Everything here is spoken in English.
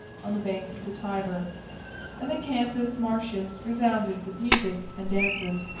on the banks of the tyber and the campus martius resounded with music and dances,